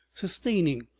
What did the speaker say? sustaining,